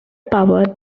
power